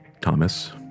Thomas